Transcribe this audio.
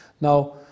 Now